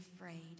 afraid